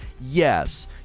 Yes